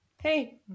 Hey